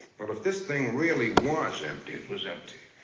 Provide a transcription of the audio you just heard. well, if this thing really was empty. it was empty.